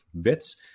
bits